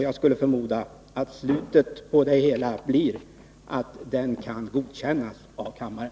Jag skulle förmoda att slutet på det hela blir att den kan godkännas av 41 kammaren.